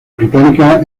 británica